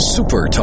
Super